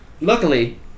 Luckily